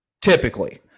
Typically